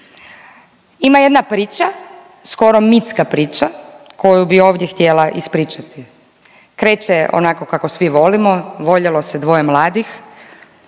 Ima jedna priča skoro mitska priča koju bih ovdje htjela ispričati. Kreće onako kako svi volimo voljelo se dvoje mladih.